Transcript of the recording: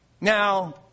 Now